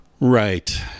Right